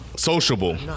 sociable